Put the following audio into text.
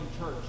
church